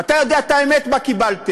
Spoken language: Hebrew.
אתה יודע את האמת, מה קיבלתם.